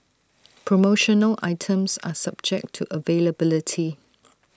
promotional items are subject to availability